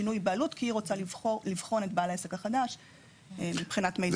כי היא רוצה לבחון את בעל העסק החדש מבחינת מידע.